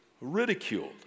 ridiculed